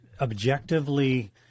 objectively